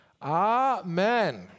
Amen